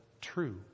true